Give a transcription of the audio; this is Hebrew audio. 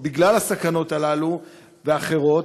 בגלל הסכנות האלה ואחרות,